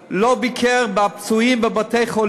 לא ביקר את הפצועים של "צוק איתן" בבתי-החולים.